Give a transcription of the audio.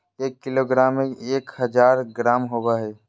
एक किलोग्राम में एक हजार ग्राम होबो हइ